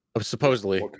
supposedly